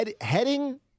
Heading